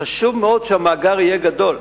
חשוב מאוד שהמאגר יהיה גדול,